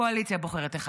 הקואליציה בוחרת אחד,